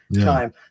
time